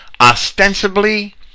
ostensibly